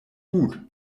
gut